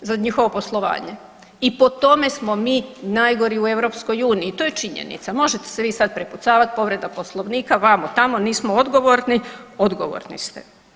za njihovo poslovanje i po tome smo mi najgori u EU, to je činjenica, možete se vi sad prepucavati, povreda Poslovnika, vamo, tamo, nismo odgovorni, odgovorni ste.